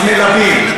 אז מלבים.